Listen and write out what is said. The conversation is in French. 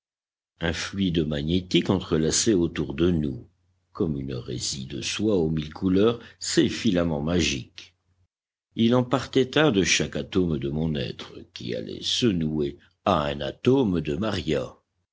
un fluide magnétique entrelaçait autour de nous comme une résille de soie aux mille couleurs ses filaments magiques il en partait un de chaque atome de mon être qui allait se nouer à un atome de maria